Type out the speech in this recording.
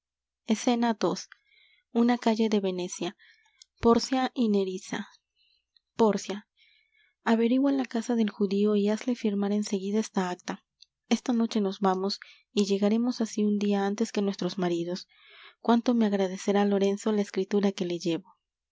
escena ii una calle de venecia pórcia y nerissa pórcia averigua la casa del judío y hazle firmar en seguida esta acta esta noche nos vamos y llegaremos así un dia antes que nuestros maridos cuánto me agradecerá lorenzo la escritura que le llevo